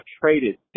traded